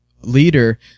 leader